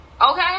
Okay